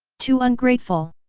too ungrateful.